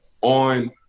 on